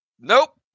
Nope